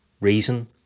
Reason